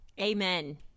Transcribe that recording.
Amen